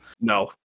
no